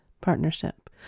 partnership